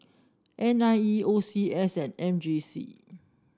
N I E O C S and M J C